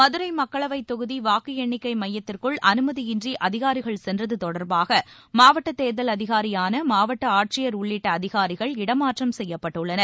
மதுரை மக்களவைத் தொகுதி வாக்கு எண்ணிக்கை மையத்திற்குள் அனுமதியின்றி அதிகாரிகள் சென்றது தொடர்பாக மாவட்ட தேர்தல் அதிகாரியான மாவட்ட ஆட்சியர் உள்ளிட்ட அதிகாரிகள் இடம் மாற்றம் செய்யப்பட்டுள்ளனர்